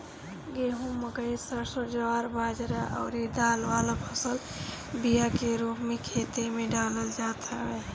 गेंहू, मकई, सरसों, ज्वार बजरा अउरी दाल वाला फसल बिया के रूप में खेते में डालल जात हवे